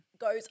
Goes